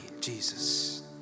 Jesus